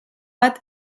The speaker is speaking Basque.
bat